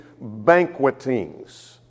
banqueting's